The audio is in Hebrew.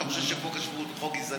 אתה חושב שחוק השבות הוא חוק גזעני?